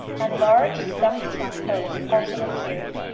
and large, stuffed trunk hose also appeared.